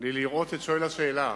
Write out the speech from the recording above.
לי לראות את שואל השאלה.